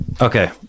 Okay